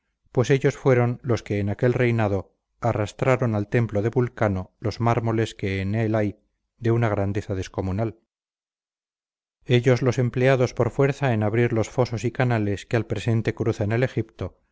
pues ellos fueron los que en aquel reinado arrastraron al templo de vulcano los mármoles que en él hay de una grandeza descomunal ellos los empleados por fuerza en abrir los fosos y canales que al presente cruzan el egipto